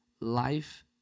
life